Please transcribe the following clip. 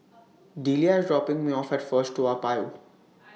Delia IS dropping Me off At First Toa Payoh